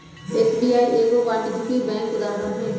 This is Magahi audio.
एस.बी.आई एगो वाणिज्यिक बैंक के उदाहरण हइ